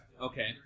Okay